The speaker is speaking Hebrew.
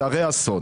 וזה הרה אסון.